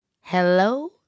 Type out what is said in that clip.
Hello